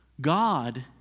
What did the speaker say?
God